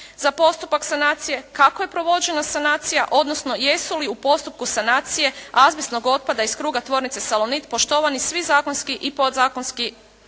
za postupak sanacije, kako je provođena sanacija, odnosno jesu li u postupku sanacije azbestnog otpada iz kruga tvornice "Salonit" poštovani svi zakonski podzakonski